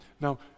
now